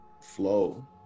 flow